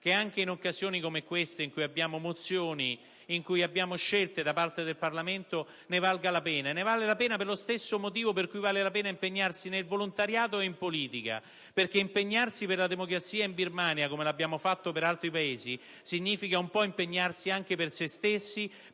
che anche in occasioni come queste, quando abbiamo mozioni e scelte da parte del Parlamento, ne valga la pena. Ne vale la pena per lo stesso motivo per cui vale la pena impegnarsi nel volontariato e in politica. Impegnarsi per la democrazia in Birmania, come abbiamo fatto per altri Paesi, significa impegnarsi un po' anche per se stessi,